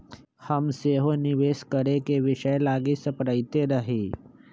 हम सेहो निवेश करेके विषय लागी सपड़इते रही